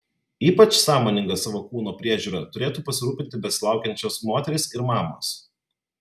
ypač sąmoninga savo kūno priežiūra turėtų pasirūpinti besilaukiančios moterys ir mamos